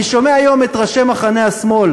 אני שומע היום את ראשי מחנה השמאל